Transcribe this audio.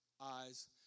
eyes